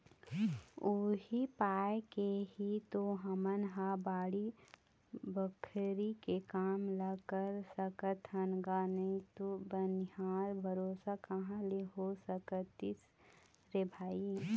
उही पाय के ही तो हमन ह बाड़ी बखरी के काम ल कर सकत हन गा नइते बनिहार भरोसा कहाँ ले हो सकतिस रे भई